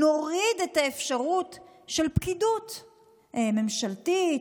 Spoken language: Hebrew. נוריד את האפשרות של פקידות ממשלתית,